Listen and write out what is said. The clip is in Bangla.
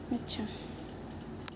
আচ্ছা